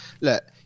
look